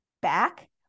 back